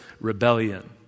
rebellion